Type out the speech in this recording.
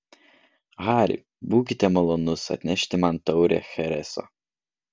hari būkite malonus atnešti man taurę chereso